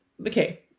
okay